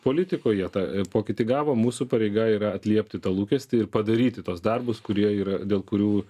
politikoj jie tą pokytį gavo mūsų pareiga yra atliepti tą lūkestį ir padaryti tuos darbus kurie yra dėl kurių